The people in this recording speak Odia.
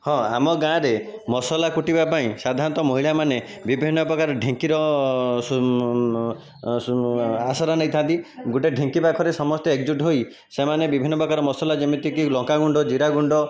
ହଁ ଆମ ଗାଁରେ ମସଲା କୁଟିବା ପାଇଁ ସାଧାରଣତଃ ମହିଳାମାନେ ବିଭିନ୍ନ ପ୍ରକାର ଢ଼ିଙ୍କିର ସୁ ସୁ ଆସରା ନେଇଥାନ୍ତି ଗୋଟିଏ ଢ଼ିଙ୍କି ପାଖରେ ସମସ୍ତେ ଏକଜୁଟ ହୋଇ ସେମାନେ ବିଭିନ୍ନ ପ୍ରକାର ମସଲା ଯେମିତିକି ଲଙ୍କା ଗୁଣ୍ଡ ଜିରା ଗୁଣ୍ଡ